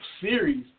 series